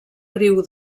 riu